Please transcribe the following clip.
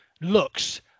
looks